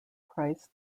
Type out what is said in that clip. price